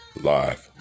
live